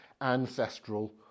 ancestral